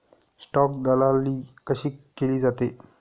Stock दलाली कशी केली जाते?